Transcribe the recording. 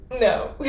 no